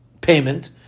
payment